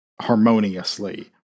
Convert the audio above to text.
harmoniously